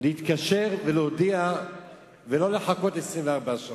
להתקשר ולהודיע ולא לחכות 24 שעות,